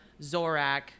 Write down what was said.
Zorak